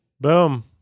Boom